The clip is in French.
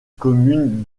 commune